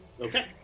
Okay